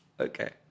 Okay